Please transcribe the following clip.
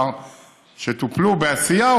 שטופלו בעשייה,